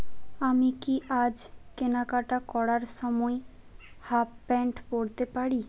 আমি কি আজ কেনাকাটা করার সময় হাফ প্যান্ট পরতে পারি